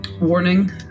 Warning